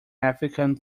african